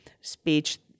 speech